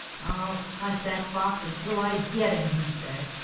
i'll hunt that fox until i get him, he said.